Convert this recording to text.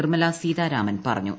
നിർമ്മലാ സീതാരാമൻ പറഞ്ഞു